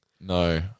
no